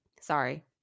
sorry